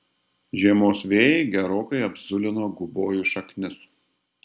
žiemos vėjai gerokai apzulino gubojų šaknis